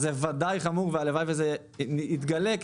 אז זה בוודאי חמור והלוואי שזה יתגלה כי